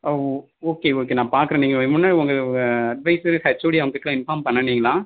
ஆ ஓ okay okay நான் பார்க்குறேன் நீங்கள் முன்னாடி உங்க அட்வைசரு ஹெச்ஓடி அவங்கக்கிட்டெல்லாம் இன்ஃபார்ம் பண்ணுனீங்களா